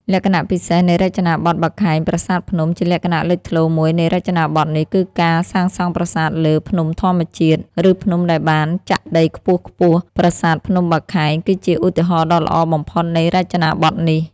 លក្ខណៈពិសេសនៃរចនាបថបាខែងប្រាសាទភ្នំ ជាលក្ខណៈលេចធ្លោមួយនៃរចនាបថនេះ គឺការសាងសង់ប្រាសាទលើ ភ្នំធម្មជាតិ ឬភ្នំដែលបានចាក់ដីខ្ពស់ៗ។ ប្រាសាទភ្នំបាខែង គឺជាឧទាហរណ៍ដ៏ល្អបំផុតនៃរចនាបថនេះ។